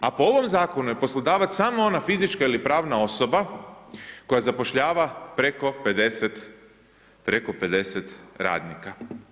A po ovom Zakonu je poslodavac samo ona fizička ili pravna osoba koja zapošljava preko 50 radnika.